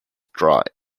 dried